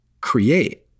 create